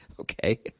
Okay